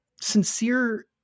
sincere